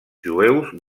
jueus